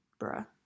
bruh